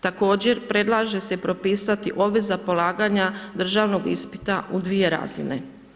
Također predlaže se propisati obveza polaganja državnog ispita u dvije razine.